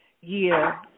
year